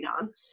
on